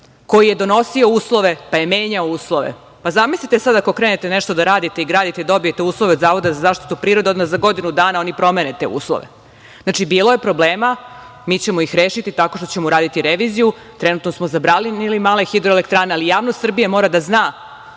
koji je donosio uslove, pa je menjao uslove. Zamislite sada, ako krenete nešto da radite i gradite i dobijete uslove od Zavoda za zaštitu prirode i onda oni za godinu dana promene te uslove? Znači, bilo je problema i mi ćemo ih rešiti tako što ćemo uraditi reviziju. Trenutno smo zabranili male hidroelektrane, ali javnost Srbije mora da zna